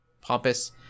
pompous